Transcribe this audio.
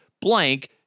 blank